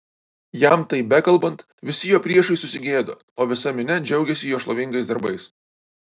jam tai bekalbant visi jo priešai susigėdo o visa minia džiaugėsi jo šlovingais darbais